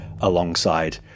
alongside